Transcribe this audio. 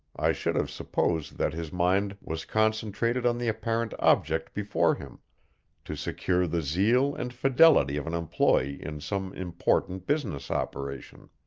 i should have supposed that his mind was concentrated on the apparent object before him to secure the zeal and fidelity of an employee in some important business operation.